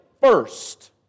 first